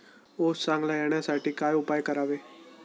ऊस चांगला येण्यासाठी काय उपाय करावे?